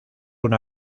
una